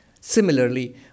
Similarly